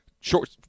short